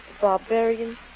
barbarians